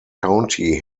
county